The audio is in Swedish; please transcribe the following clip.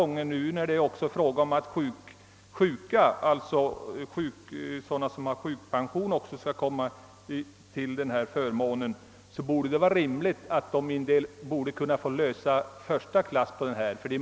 Nu när det är fråga om att även de som har sjukpension skall få rabattkort, borde det vara rimligt att de fick lösa förstaklassbiljett.